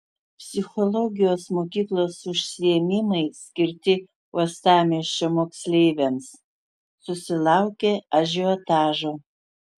psichologijos mokyklos užsiėmimai skirti uostamiesčio moksleiviams susilaukė ažiotažo